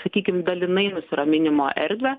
sakykim dalinai nusiraminimo erdvę